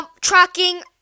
tracking